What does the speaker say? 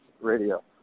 radio